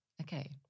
Okay